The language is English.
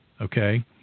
Okay